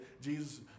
Jesus